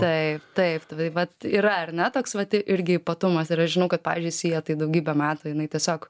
taip taip vat yra ar ne toks vat irgi ypatumas ir aš žinau kad pavyzdžiui sija tai daugybę metų jinai tiesiog